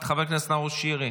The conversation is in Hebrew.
חבר הכנסת נאור שירי,